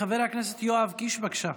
חבר הכנסת יואב קיש, בבקשה.